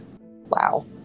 Wow